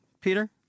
Peter